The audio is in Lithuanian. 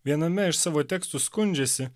viename iš savo tekstų skundžiasi